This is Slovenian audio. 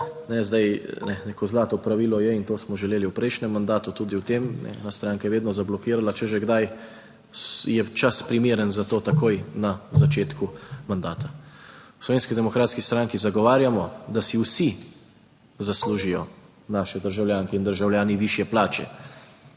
Zdaj, neko zlato pravilo je in to smo želeli v prejšnjem mandatu, tudi v tem, ena stranka je vedno zablokirala, če že kdaj je čas primeren za to takoj na začetku mandata. V Slovenski demokratski stranki zagovarjamo, da si vsi zaslužijo naše državljanke in državljani višje plače